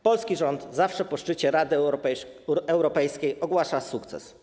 Polski rząd zawsze po szczycie Rady Europejskiej ogłasza sukces.